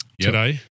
today